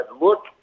look